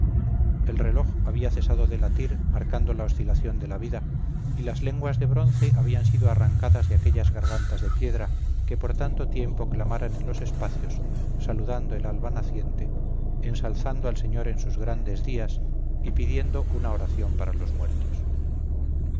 el reloj había cesado de latir marcando la oscilación de la vida y las lenguas de bronce habían sido arrancadas de aquellas gargantas de piedra que por tanto tiempo clamaran en los espacios saludando el alba naciente ensalzando al señor en sus grandes días y pidiendo una oración para los muertos